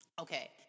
okay